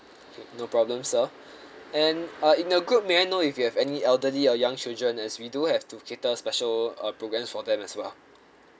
okay no problems sir and uh in the group may I know if you have any elderly or young children as we do have to cater special uh programs for them as well